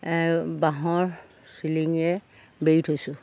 বাঁহৰ চিলিঙিৰে বেৰি থৈছোঁ